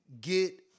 get